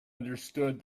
understood